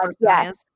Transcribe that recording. Yes